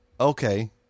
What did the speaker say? Okay